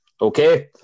Okay